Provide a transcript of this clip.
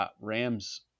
Rams